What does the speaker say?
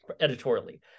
editorially